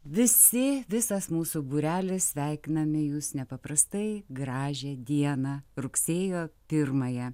visi visas mūsų būrelis sveikiname jus nepaprastai gražią dieną rugsėjo pirmąją